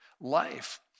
life